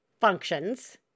functions